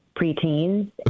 preteens